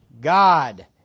God